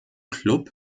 klub